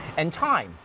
and time.